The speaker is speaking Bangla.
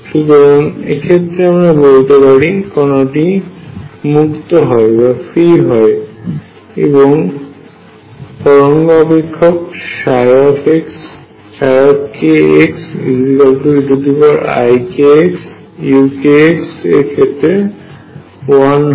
সুতরাং এক্ষেত্রে আমরা বলতে পারি কণাটি মুক্ত হয় এবং এর তরঙ্গ অপেক্ষক kxeikxuk এক্ষেত্রে 1 হয়